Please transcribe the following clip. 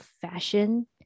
fashion